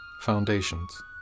Foundations